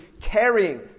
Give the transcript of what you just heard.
carrying